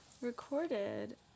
recorded